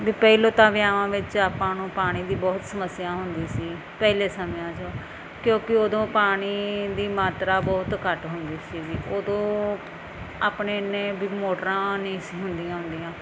ਵੀ ਪਹਿਲੋਂ ਤਾਂ ਵਿਆਹਾਂ ਵਿੱਚ ਆਪਾਂ ਨੂੰ ਪਾਣੀ ਦੀ ਬਹੁਤ ਸਮੱਸਿਆ ਹੁੰਦੀ ਸੀ ਪਹਿਲੇ ਸਮਿਆਂ 'ਚੋਂ ਕਿਉਂਕਿ ਉਦੋਂ ਪਾਣੀ ਦੀ ਮਾਤਰਾ ਬਹੁਤ ਘੱਟ ਹੁੰਦੀ ਸੀਗੀ ਉਦੋਂ ਆਪਣੇ ਇੰਨੇ ਵੀ ਮੋਟਰਾਂ ਨਹੀਂ ਸੀ ਹੁੰਦੀਆਂ ਹੁੰਦੀਆਂ